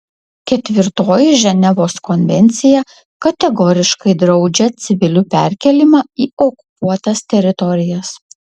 ketvirtoji ženevos konvencija kategoriškai draudžia civilių perkėlimą į okupuotas teritorijas